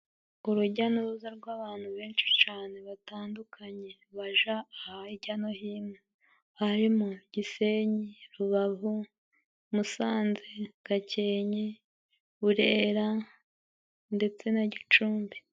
Urujya n'uruza rw'abantu benshi cane batandukanye，baja aha hirya no hino， harimo，Gisenyi， Rubavu，Musanze， Gakenke， Burera ndetse na Gicumbi.